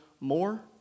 more